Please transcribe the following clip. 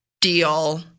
deal